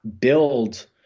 build